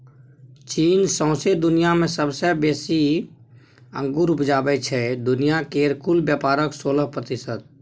चीन सौंसे दुनियाँ मे सबसँ बेसी अंगुर उपजाबै छै दुनिया केर कुल बेपारक सोलह प्रतिशत